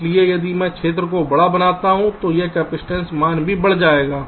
इसलिए यदि मैं क्षेत्र को बड़ा बनाता हूं तो यह कैपेसिटेंस मान भी बड़ा हो जाएगा